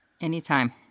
Anytime